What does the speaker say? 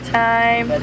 time